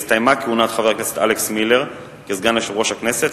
הסתיימה כהונת חבר הכנסת אלכס מילר כסגן יושב-ראש הכנסת,